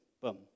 Boom